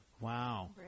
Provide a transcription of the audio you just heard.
Wow